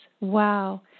Wow